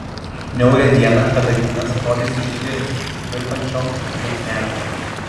niaurią dieną kadagynas rodėsi žydi virpančiom liepsnelėm